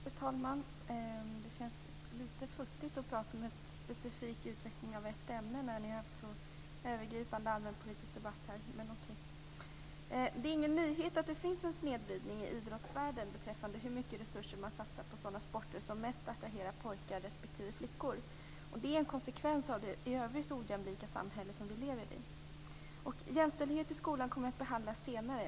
Fru talman! Det känns litet futtigt att prata om en specifik utveckling av ett ämne när ni har haft en så övergripande allmänpolitisk debatt här. Det är ingen nyhet att det finns en snedvridning i idrottsvärlden beträffande hur mycket resurser man satsar på sådana sporter som mest attraherar pojkar respektive sådana sporter som mest attraherar flickor. Det är en konsekvens av det i övrigt ojämlika samhälle som vi lever i. Jämställdhet i skolan kommer att behandlas senare.